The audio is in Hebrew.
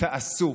תעשו.